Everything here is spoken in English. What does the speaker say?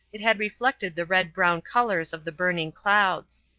it had reflected the red-brown colours of the burning clouds.